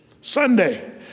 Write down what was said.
Sunday